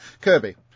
Kirby